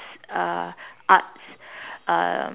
uh arts um